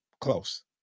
close